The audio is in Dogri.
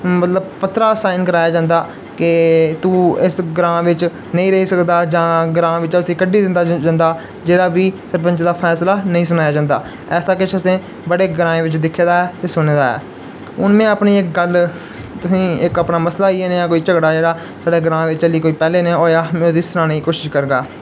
मतलब पत्तरा साइन कराया जंदा कि तूं इस ग्रांऽ बिच्च नेईं रेही सकदा जां ग्रांऽ बिच्चा उसी कड्ढी दित्ता जंदा जेह्ड़ा बी सरपैंच दा फैसला नेईं सुनाया जंदा ऐसा किश असें बड़े ग्राएं बिच्च दिक्खे दा ऐ ते सुने दा ऐ हून में अपनी इक गल्ल तुसेंगी इक अपना मसला इयै जनेहा कोई झगड़ा जेह्ड़ा साढ़े ग्रांऽ च पैह्लें जेह् होएआ हा में उसी सनाने दी कोशश करगा